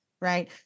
right